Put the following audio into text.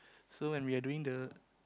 so when we're doing the